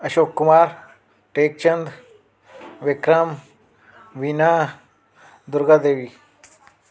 Ashok Kumar Tekchand Vikram Veena Durga Devi